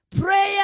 Prayer